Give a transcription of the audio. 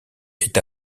est